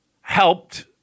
helped